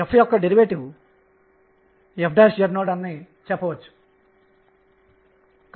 ఈ 2 క్వాంటం నిబంధనలు కక్ష్య ను గుర్తించడానికి ఉన్నాయి